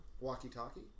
walkie-talkie